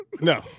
No